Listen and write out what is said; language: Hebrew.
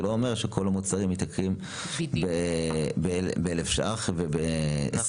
זה לא אומר שכל המוצרים מתייקרים ב-1,000 ש"ח או ב-20%-30%,